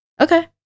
okay